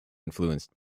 influenced